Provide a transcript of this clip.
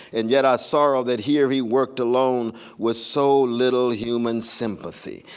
and yet i sorrow that here he worked alone with so little human sympathy.